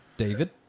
David